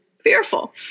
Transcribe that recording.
fearful